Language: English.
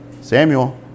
Samuel